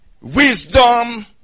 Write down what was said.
wisdom